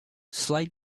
slide